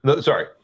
sorry